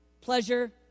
pleasure